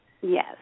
Yes